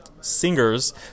singers